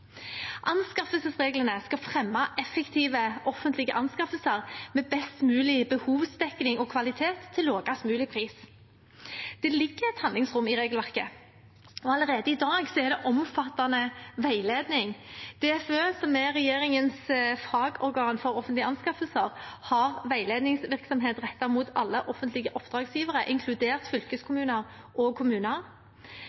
Anskaffelsesreglene skal fremme effektive offentlige anskaffelser med best mulig behovsdekning og kvalitet til lavest mulig pris. Det ligger et handlingsrom i regelverket, og allerede i dag er det omfattende veiledning. DFØ, som er regjeringens fagorgan for offentlige anskaffelser, har veiledningsvirksomhet rettet mot alle offentlige oppdragsgivere, inkludert